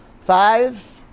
Five